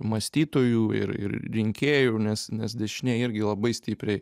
mąstytojų ir ir rinkėjų nes nes dešinė irgi labai stipriai